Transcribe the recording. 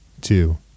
two